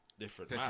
different